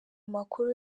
amakuru